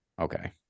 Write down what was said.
Okay